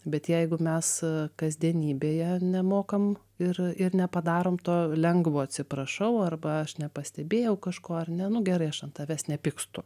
bet jeigu mes kasdienybėje nemokam ir ir nepadarom to lengvo atsiprašau arba aš nepastebėjau kažko ar ne nu gerai aš ant tavęs nepykstu